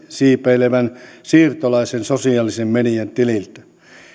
siipeilevän siirtolaisen sosiaalisen median tileiltä